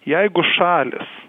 jeigu šalys